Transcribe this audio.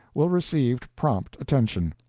will receive prompt attention.